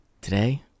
Today